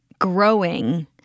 growing